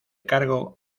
cargo